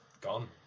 Gone